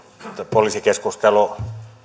poliisikeskustelu